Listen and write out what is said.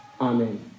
Amen